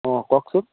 অঁ কওকচোন